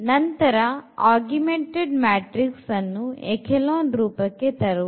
ನಂತರ augmented matrix ಅನ್ನು echelon ರೂಪಕ್ಕೆ ತರುವುದು